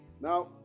now